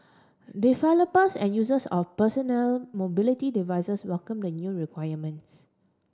developers and users of personal mobility devices welcome the new requirement